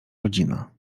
rodzina